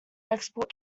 export